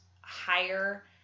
higher